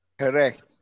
Correct